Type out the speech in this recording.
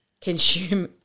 consume